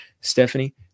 Stephanie